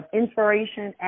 inspiration